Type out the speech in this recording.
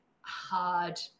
hard